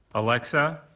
alexa,